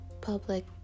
public